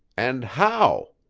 and how?